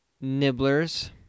Nibblers